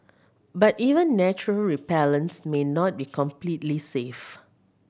but even natural repellents may not be completely safe